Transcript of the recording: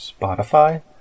Spotify